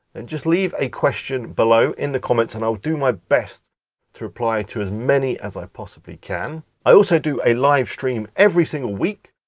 and just leave a question below, in the comments, and i'll do my best to reply to as many as i possibly can. i also do a livestream every single week.